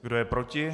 Kdo je proti?